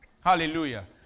Hallelujah